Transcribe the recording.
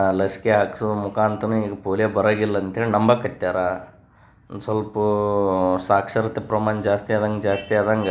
ಆ ಲಸಿಕೆ ಹಾಕಿಸೋ ಮುಖಾಂತ್ರ ಈಗ ಪೋಲಿಯೊ ಬರಂಗಿಲ್ಲ ಅಂತೇಳಿ ನಂಬಕ್ಕತ್ಯಾರೆ ಒಂದು ಸ್ವಲ್ಪ ಸಾಕ್ಷರತೆ ಪ್ರಮಾಣ ಜಾಸ್ತಿ ಆದಂಗೆ ಜಾಸ್ತಿ ಆದಂಗೆ